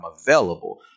available